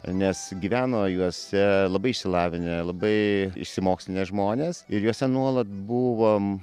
nes gyveno juose labai išsilavinę labai išsimokslinę žmonės ir juose nuolat buvo